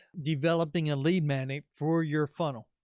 developing a lead magnet for your funnel.